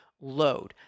load